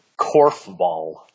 Korfball